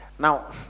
Now